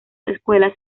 escuelas